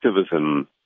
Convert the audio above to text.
activism